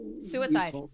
suicide